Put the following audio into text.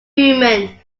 human